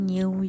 New